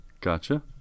Gotcha